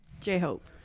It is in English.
J-Hope